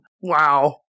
Wow